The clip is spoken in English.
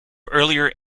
earlier